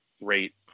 rate